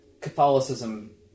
catholicism